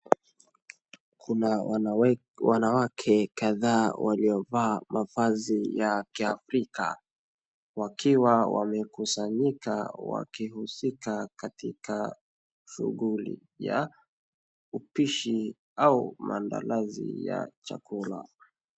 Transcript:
Kuna wanawake kadhaa waliovaa mavazi ya kiafrika wakiwa wamekusanyika wakihusika katika shughuli ya upishi au maandalizi ya chakula.